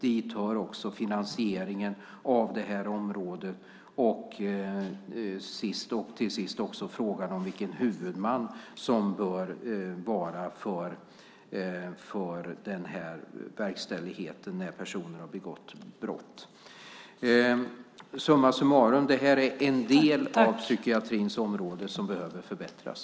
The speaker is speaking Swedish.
Dit hör även finansieringen av det här området och, till sist, också frågan om huvudman för verkställigheten när en person begått ett brott. Summa summarum: Det här är en del av psykiatrins område som behöver förbättras.